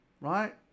right